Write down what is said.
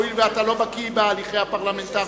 הואיל ואתה לא בקי בהליכי הפרלמנט,